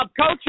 Coach